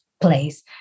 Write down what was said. place